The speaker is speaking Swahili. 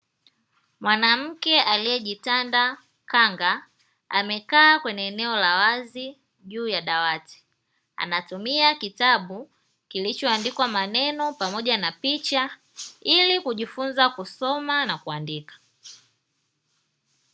Mwanamke aliyejitanda kanga amekaa kwenye eneo la wazi juu ya dawati, anatumia kitabu kilichoandikwa maneno pamoja na picha ili kujifunza kusoma na kuandika.